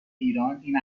ایران، این